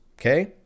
okay